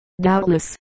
Doubtless